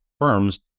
firms